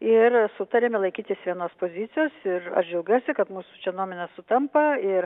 ir sutarėme laikytis vienos pozicijos ir aš džiaugiuosi kad mūsų čia nuomonės sutampa ir